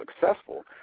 successful